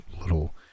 little